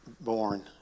born